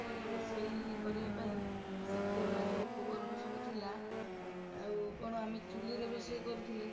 ଆମର ରୋଷେଇ କରିବାପାଇଁ ସେତେବେଳେ ଯେଉଁ ଉପକରଣ ସବୁ ଥିଲା ଆଉ କଣ ଆମେ ଚୁଲିରେ ରୋଷେଇ କରୁଥିଲେ